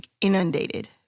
inundated